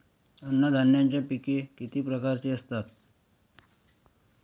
अन्नधान्याची पिके किती प्रकारची असतात?